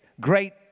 great